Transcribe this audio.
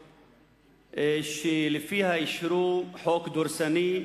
שלפיה אישרו חוק דורסני,